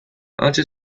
hantxe